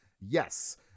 Yes